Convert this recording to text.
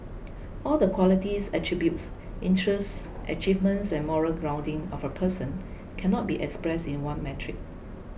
all the qualities attributes interests achievements and moral grounding of a person cannot be expressed in one metric